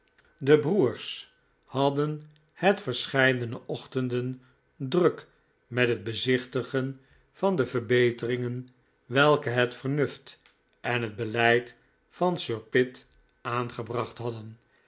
de broers hadden het verscheidene ochtenden druk met het bezichtigen van de verbeteringen welke het vernuft en het beleid van sir pitt aangebracht hadden